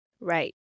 Right